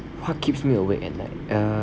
what keeps me awake at night uh